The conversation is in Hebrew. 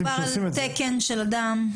מדובר על תקן של אדם,